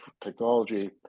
technology